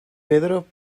pedro